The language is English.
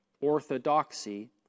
Orthodoxy